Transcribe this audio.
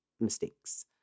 mistakes